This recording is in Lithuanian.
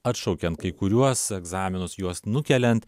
atšaukiant kai kuriuos egzaminus juos nukeliant